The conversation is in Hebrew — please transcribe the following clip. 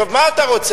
טוב, מה אתה רוצה?